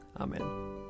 Amen